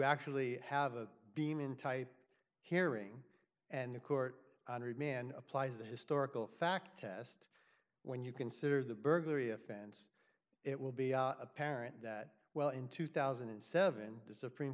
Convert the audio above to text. actually have a beam in type hearing and the court men applies the historical fact test when you consider the burglary offense it will be apparent that well in two thousand and seven the supreme